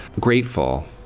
grateful